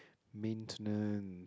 maintenance